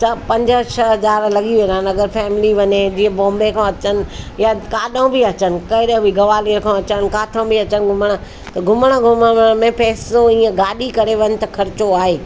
च पंज छ हज़ार लॻी वेंदा आहिनि अगरि फेमिली वञे जीअं बोम्बे खां अचनि या काॾहों बि अचनि कहिड़ो बि ग्वालियर खां अचनि काथों बि अचनि घुमणु त घुमणु घुमण में पैसो ईअं गाॾी करे वञु त ख़र्चो आहे